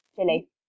Chili